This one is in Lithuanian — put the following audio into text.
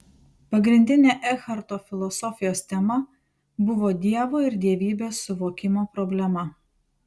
pagrindinė ekharto filosofijos tema buvo dievo ir dievybės suvokimo problema